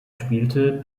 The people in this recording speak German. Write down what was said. spielt